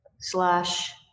slash